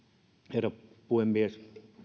herra puhemies